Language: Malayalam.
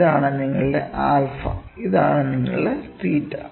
ഇതാണ് നിങ്ങളുടെ ആൽഫ 𝞪 ഇതാണ് നിങ്ങളുടെ തീറ്റ 𝜭